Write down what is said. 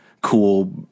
cool